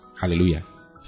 Hallelujah